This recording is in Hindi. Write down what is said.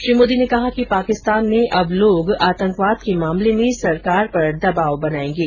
श्री मोदी ने कहा कि पाकिस्तान में अब लोग आतंकवाद के मामले में सरकार पर दबाव बनायेंगे